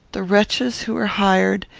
the wretches who are hired,